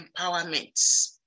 empowerment